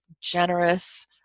generous